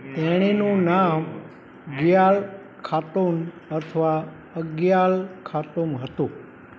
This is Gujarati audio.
તેણીનું નામ ગ્યાલ ખાતુન અથવા અગ્યાલ ખાતુમ હતું